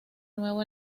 nuevo